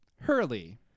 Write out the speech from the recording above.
Hurley